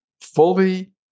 fully